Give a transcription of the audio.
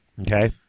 okay